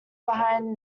behind